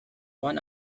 one